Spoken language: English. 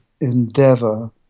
endeavor